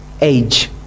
Age